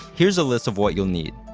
here's a list of what you'll need.